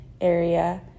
area